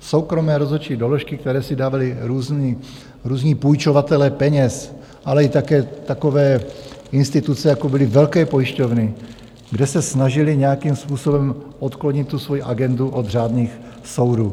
soukromé rozhodčí doložky, které si dávali různí půjčovatelé peněz, ale i také takové instituce, jako byly velké pojišťovny, kde se snažily nějakým způsobem odklonit svoji agendu od řádných soudů.